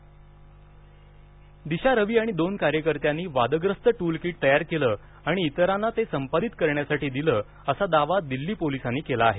दिशा रवी वादग्रस्त टलकिट दिशा रवी आणि दोन कार्यकर्त्यांनी वादग्रस्त टूलकिट तयार केलं आणि इतरांना ते संपादित करण्यासाठी दिलं असा दावा दिल्ली पोलिसांनी केला आहे